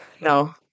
No